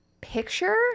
picture